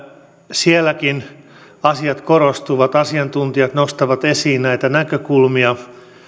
sielläkin asiat korostuvat asiantuntijat nostavat esiin näitä näkökulmia